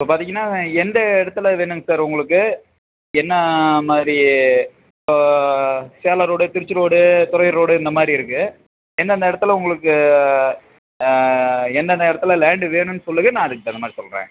இப்போ பார்த்தீங்கன்னா எந்த இடத்துல வேணுங்க சார் உங்களுக்கு என்ன மாதிரி இப்போது Salem road Trichy road Thuraiyur road இந்த மாதிரி இருக்குது எந்தெந்த இடத்துல உங்களுக்கு என்னென்ன இடத்துல லேண்டு வேணும்னு சொல்லுங்கள் நான் அதுக்கு தகுந்த மாதிரி சொல்கிறேன்